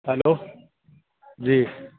hello جی